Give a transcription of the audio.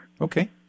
Okay